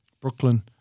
Brooklyn